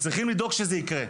צריכים לדאוג שזה יקרה.